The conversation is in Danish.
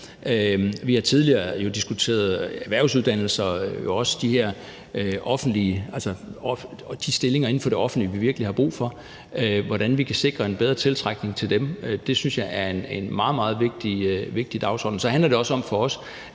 Vi har jo tidligere diskuteret erhvervsuddannelser og også de stillinger inden for det offentlige, vi virkelig har brug, i forhold til hvordan vi kan sikre en bedre tiltrækning til dem. Det synes jeg er en meget, meget vigtig dagsorden. Så handler det også for os